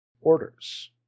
orders